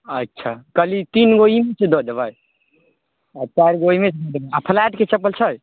अच्छा कहली तीनगो इन्च दऽ देबै आ ओहिमे फ्लाइटके चपल छै